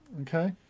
Okay